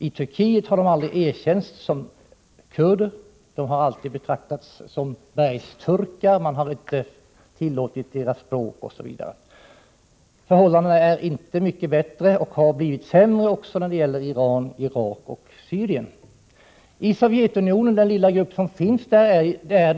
I Turkiet har de aldrig erkänts som kurder. De har alltid betraktats som bergsturkar. Man har inte tillåtit deras språk osv. Förhållandena är inte mycket bättre — det har t.o.m. blivit en försämring — när det gäller Iran, Irak och Syrien. Det finns en liten grupp kurder i Sovjetunionen.